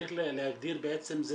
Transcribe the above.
צריך להגדיר בעצם, זה